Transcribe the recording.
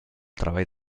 treball